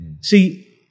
See